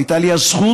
הייתה לי הזכות